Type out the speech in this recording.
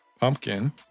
Pumpkin